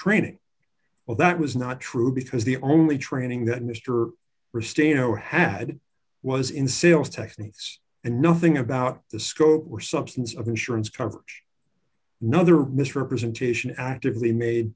training well that was not true because the only training that mr bristow had was in sales techniques and nothing about the scope for substance of insurance coverage nother misrepresentation actively made